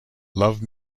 love